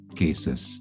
cases